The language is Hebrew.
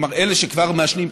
כלומר אלה שכבר מעשנים,